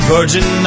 Virgin